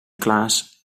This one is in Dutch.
klaas